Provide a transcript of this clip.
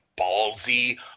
ballsy